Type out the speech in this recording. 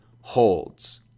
holds